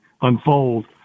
unfold